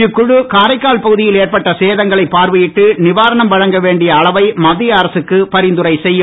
இக்குழு காரைக்கால் பகுதியில் ஏற்பட்ட சேதங்களை பார்வையிட்டு நீவாரணம் வழங்க வேண்டிய அளவை மத்திய அரசுக்கு பரிந்துரை செய்யும்